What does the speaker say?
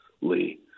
Lee